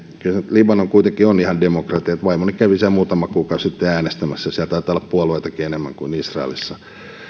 libanon kuitenkin on ihan demokratia vaimoni kävi siellä muutama kuukausi sitten äänestämässä siellä taitaa olla puolueitakin enemmän kuin israelissa